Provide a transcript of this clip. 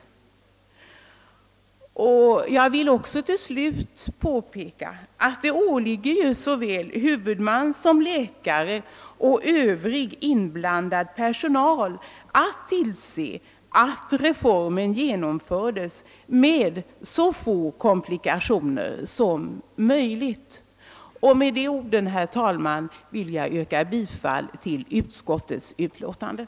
Jag vill också till slut påpeka att det åligger såväl huvudman som läkare och övrig inblandad personal att tillse att reformen genomförs med så få komplikationer som möjligt. Med dessa ord, herr talman, ber jag att få yrka bifall till utskottets hemställan.